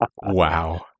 Wow